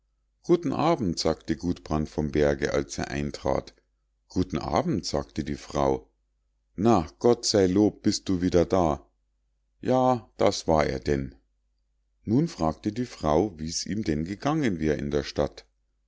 guten abend sagte gudbrand vom berge als er eintrat guten abend sagte die frau na gott sei lob bist du wieder da ja das war er denn nun fragte die frau wie's ihm denn gegangen wär in der stadt